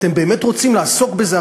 אתם באמת רוצים לעסוק בזה?